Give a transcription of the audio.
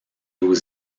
aux